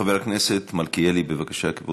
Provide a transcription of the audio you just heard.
חבר הכנסת מלכיאלי, בבקשה, כבודו.